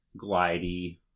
glidey